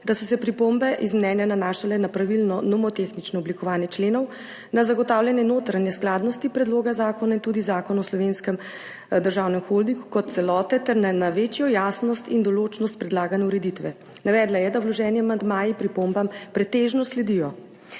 da so se pripombe iz mnenja nanašale na pravilno nomotehnično oblikovanje členov, na zagotavljanje notranje skladnosti predloga zakona in tudi Zakona o Slovenskem državnem holdingu kot celote ter na večjo jasnost in določnost predlagane ureditve. Navedla je, da vloženi amandmaji pripombam pretežno sledijo.